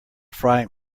frying